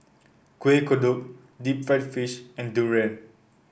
Kueh Kodok Deep Fried Fish and durian